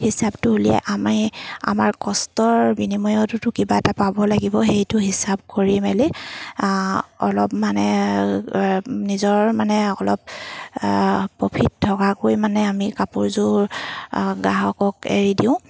হিচাপটো উলিয়াই আমি আমাৰ কষ্টৰ বিনিময়তোতো কিবা এটা পাব লাগিব সেইটো হিচাপ কৰি মেলি অলপ মানে নিজৰ মানে অলপ প্ৰফিট থকাকৈ মানে আমি কাপোৰযোৰ গ্ৰাহকক এৰি দিওঁ